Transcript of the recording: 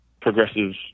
progressives